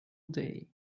day